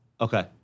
Okay